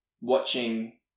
watching